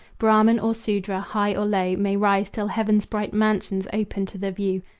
brahman or sudra, high or low, may rise till heaven's bright mansions open to the view,